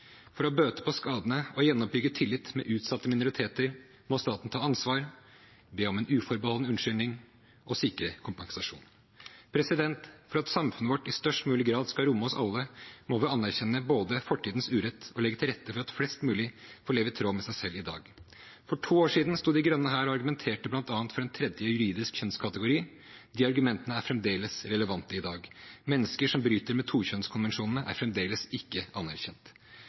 For å bøte på skadene og gjenoppbygge tilliten til utsatte minoriteter må staten ta ansvar, be om en uforbeholden unnskyldning og sikre kompensasjon. For at samfunnet vårt i størst mulig grad skal romme oss alle, må vi anerkjenne både fortidens urett og legge til rette for at flest mulig får leve i tråd med seg selv i dag. For to år siden sto De Grønne her og argumenterte bl.a. for en tredje juridisk kjønnskategori. De argumentene er fremdeles relevante i dag. Mennesker som bryter med tokjønnskonvensjonene, er fremdeles ikke anerkjent.